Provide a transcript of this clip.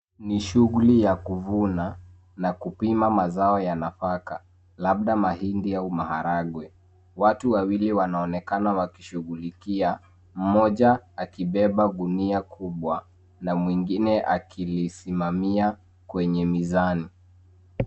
Ni shughuli ya kuvuna na kupima mazao ya nafaka labda mahindi au maharagwe. Watu wawili wanaonekana wakishugulikia, mmoja akibeba gunia kubwa na mwingine akilisimamia kwenye mizani.